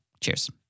Cheers